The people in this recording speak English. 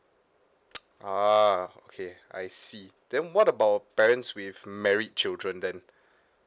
ah okay I see then what about parents with married children then